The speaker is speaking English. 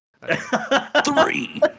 three